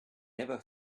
never